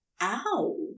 ow